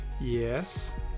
yes